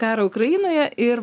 karo ukrainoje ir